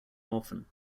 orphan